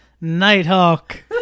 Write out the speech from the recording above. Nighthawk